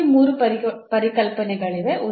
ನಮ್ಮಲ್ಲಿ ಮೂರು ಪರಿಕಲ್ಪನೆಗಳಿವೆ